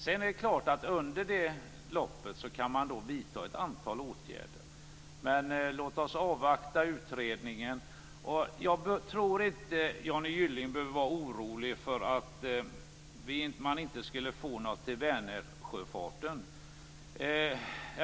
Sedan är det klart att man under loppet kan vidta ett antal åtgärder. Men låt oss avvakta utredningen. Och jag tror inte att Johnny Gylling behöver vara orolig för att man inte skulle få något till Vänersjöfarten.